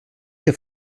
que